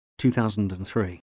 2003